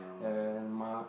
and mo~